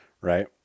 right